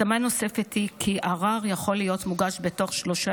התאמה נוספת היא כי ערר יכול להיות מוגש בתוך שלושה